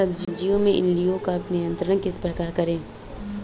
सब्जियों में इल्लियो का नियंत्रण किस प्रकार करें?